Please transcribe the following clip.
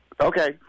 Okay